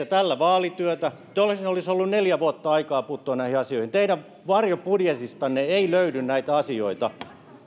tällä vaalityötä teillä olisi ollut neljä vuotta aikaa puuttua näihin asioihin teidän varjobudjetistanne ei löydy näitä asioita